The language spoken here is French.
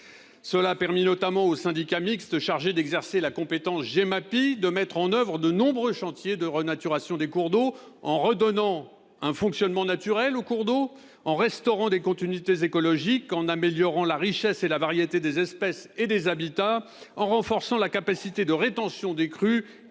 des milieux aquatiques et prévention des inondations) de mettre en oeuvre de nombreux chantiers de renaturation des cours d'eau, en redonnant un fonctionnement naturel aux cours d'eau, en restaurant les continuités écologiques, en améliorant la richesse et la variété des espèces et des habitats, en renforçant la capacité de rétention des crues